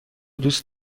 دوست